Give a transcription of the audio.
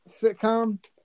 sitcom